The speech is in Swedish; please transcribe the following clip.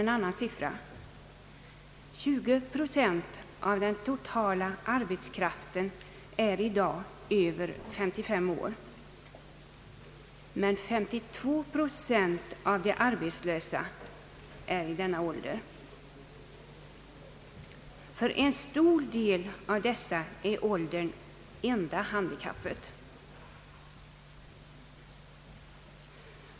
En annan siffra visar att 20 procent av den totala arbetskraften är i dag över 55 år, men 32 procent av de arbetslösa är i denna ålder. För en stor del av dessa är åldern det enda handikappet.